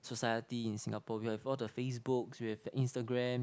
society in Singapore we have all the Facebooks we have Instagram